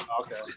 Okay